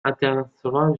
international